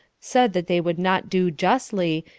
said that they would not do justly,